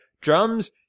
drums